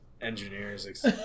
engineers